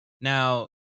Now